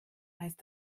heißt